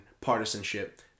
partisanship